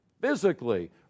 physically